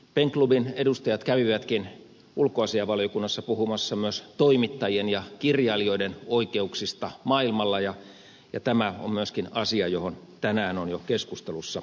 pen klubin edustajat kävivätkin ulkoasiainvaliokunnassa puhumassa myös toimittajien ja kirjailijoiden oikeuksista maailmalla ja tämä on myöskin asia johon tänään on jo keskustelussa viitattu